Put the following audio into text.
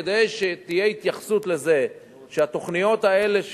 כדי שתהיה התייחסות לזה שהתוכניות האלה,